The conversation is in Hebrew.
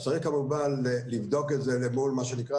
אז צריך כמובן לבדוק את זה מול מה שנקרא